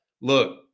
look